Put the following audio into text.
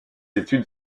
études